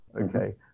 Okay